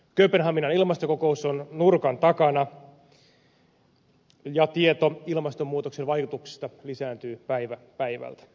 kööpenhaminan ilmastokokous on nurkan takana ja tieto ilmastonmuutoksen vaikutuksista lisääntyy päivä päivältä